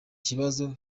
kibazo